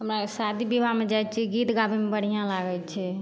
हमरा अरके शादी बिवाहमे जाइ छियै गीत गाबयमे बढ़िआँ लागय छै